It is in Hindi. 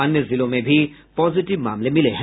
अन्य जिलों में भी पॉजिटिव मामले मिले हैं